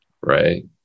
right